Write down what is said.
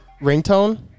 ringtone